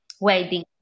wedding